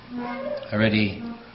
already